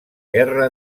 guerra